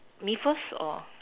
me first or